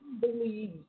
believe